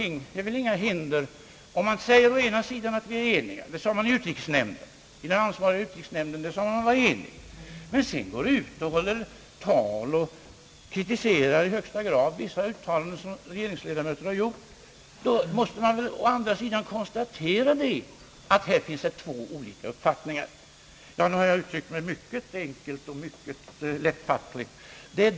Om det å ena sidan sägs att man är enig med oss — det sade de ansvariga i utrikesnämnden — men man sedan går ut och håller tal och i högsta grad kritiserar vissa uttalanden, som regeringsledamöter har gjort, måste vi väl å vår sida konstatera, att här råder det två olika uppfattningar. Nu har jag uttryckt mig mycket enkelt och mycket lättfattligt!